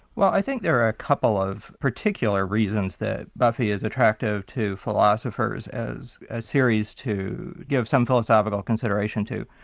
well i think there are a couple of particular reasons that buffy is attractive to philosophers as a series to give some philosophical consideration to.